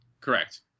Correct